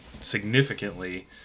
significantly